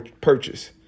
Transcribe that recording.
purchase